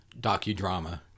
docudrama